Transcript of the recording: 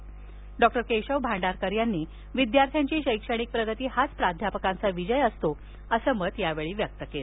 तर डॉक्टर केशव भांडारकर यांनी विद्यार्थ्यांची शैक्षणिक प्रगती हाच प्राध्यापकांचा विजय असतो असं सांगितलं